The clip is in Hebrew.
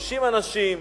50 אנשים,